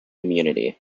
immunity